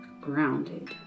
grounded